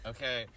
Okay